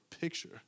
picture